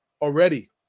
Already